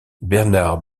bernard